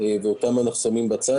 ואותם אנחנו שמים בצד,